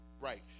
Right